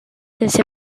sense